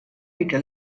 wike